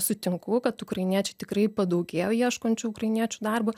sutinku kad ukrainiečiai tikrai padaugėjo ieškančių ukrainiečių darbo